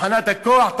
תחנת הכוח?